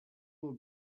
will